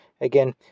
again